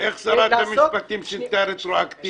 -- איך שרת המשפטים שינתה רטרואקטיבית?